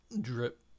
drip